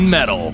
Metal